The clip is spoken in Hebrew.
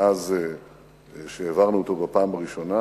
מאז שהעברנו אותו בפעם הראשונה.